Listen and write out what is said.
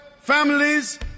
families